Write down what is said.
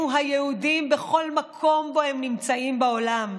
היהודים בכל מקום שבו הם נמצאים בעולם,